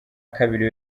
kabiri